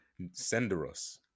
senderos